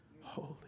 holy